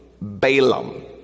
Balaam